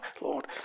Lord